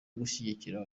gushyigikira